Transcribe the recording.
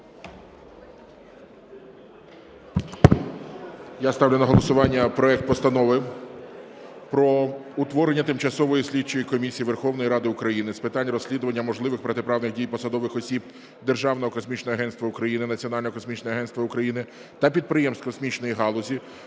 Я ставлю на голосування проект Постанови про утворення Тимчасової слідчої комісії Верховної Ради України з питань розслідування можливих протиправних дій посадових осіб Державного космічного агентства України (Національного космічного агентства України) та підприємств космічної галузі,